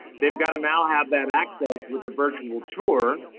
they've got to now have that access with a virtual tour.